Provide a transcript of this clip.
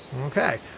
okay